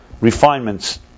refinements